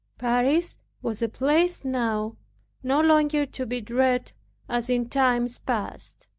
paris was a place now no longer to be dreaded as in times past.